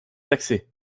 taxés